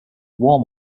warm